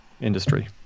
industry